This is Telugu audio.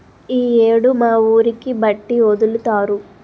ఈ యేడు మా ఊరికి బట్టి ఒదులుతారు